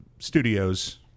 Studios